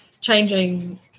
changing